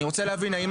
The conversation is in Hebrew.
אני רוצה להבין האם